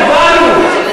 נדברנו.